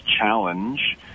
challenge –